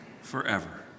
forever